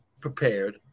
prepared